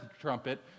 trumpet